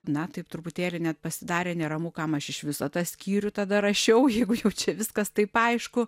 na taip truputėlį net pasidarė neramu kam aš iš viso tą skyrių tada rašiau jeigu jau čia viskas taip aišku